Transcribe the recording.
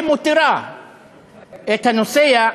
שמותירה את הנוסע,